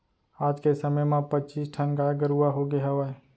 आज के समे म पच्चीस ठन गाय गरूवा होगे हवय